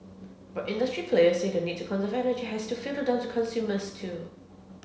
but industry players say the need to conserve energy has to filter down to consumers too